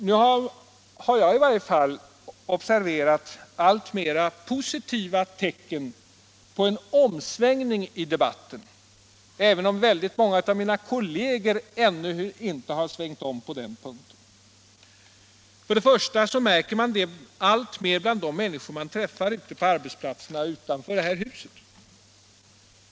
Nu har jag i varje fall observerat allt flera positiva tecken på en omsvängning i debatten, även om många av mina kolleger ännu inte har svängt om. För det första märker man det alltmer bland de människor man träffar på arbetsplatserna utanför detta hus.